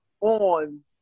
on